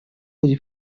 بودی